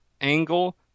Angle